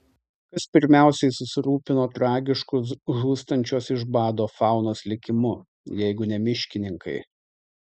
kas pirmiausiai susirūpino tragišku žūstančios iš bado faunos likimu jeigu ne miškininkai